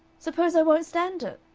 suppose i won't stand it?